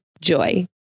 Joy